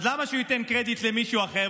אז למה שהוא ייתן קרדיט למישהו אחר?